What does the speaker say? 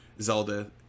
zelda